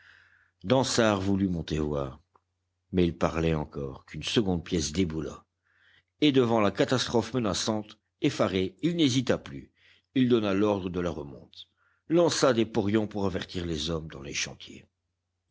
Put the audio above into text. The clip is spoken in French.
dansaert voulut monter voir mais il parlait encore qu'une seconde pièce déboula et devant la catastrophe menaçante effaré il n'hésita plus il donna l'ordre de la remonte lança des porions pour avertir les hommes dans les chantiers